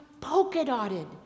polka-dotted